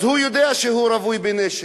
אז הוא יודע שהוא רווי בנשק,